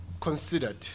considered